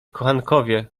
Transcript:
kochankowie